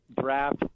draft